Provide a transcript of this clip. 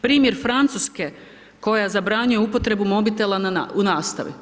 Primjer Francuske koja zabranjuje upotrebu mobitela u nastavi.